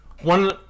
one